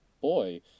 boy